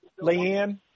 Leanne